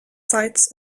sites